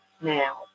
now